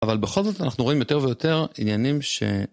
אבל בכל זאת אנחנו רואים יותר ויותר עניינים ש...